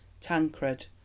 Tancred